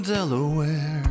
Delaware